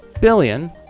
billion